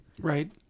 right